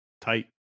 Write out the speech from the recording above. Tight